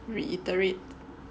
reiterate